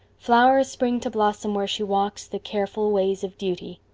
flowers spring to blossom where she walks the careful ways of duty,